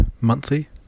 monthly